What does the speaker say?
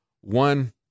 one